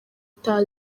utaha